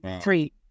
three